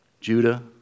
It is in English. Judah